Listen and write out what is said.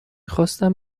خواستم